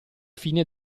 fine